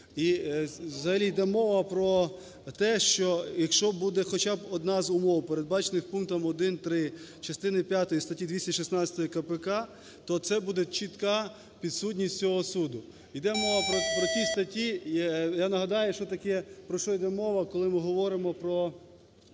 І взагалі йде мова про те, що якщо буде хоча б одна з умов, передбачених пунктом 1-3 частини п'ятої статті 216 КПК, то це буде чітка підсудність цього суду. Йде мова про ті статті, я нагадаю, що таке… про що йде мова, коли ми говоримо про